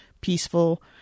peaceful